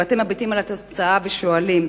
ואתם מביטים בתוצאה, ושואלים: